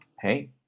Hey